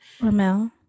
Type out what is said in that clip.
Ramel